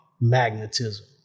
magnetism